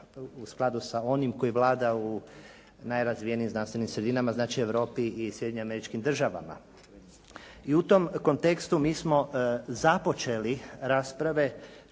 u skladu sa onim koji vlada u najrazvijenijim znanstvenim sredinama, znači Europi i Sjedinjenim Američkim Državama. I u tom kontekstu mi smo započeli rasprave